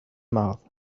mouth